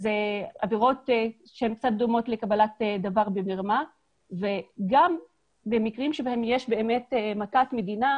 עבירות שהן קצת דומות לקבלת דבר במרמה וגם במקרים בהם יש מכת מדינה,